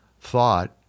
thought